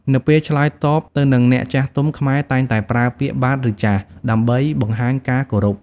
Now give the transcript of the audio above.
នៅពេលឆ្លើយតបទៅនឹងអ្នកចាស់ទុំ ខ្មែរតែងតែប្រើពាក្យ បាទឬចាស៎ ដើម្បីបង្ហាញការគោរព។